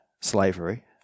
slavery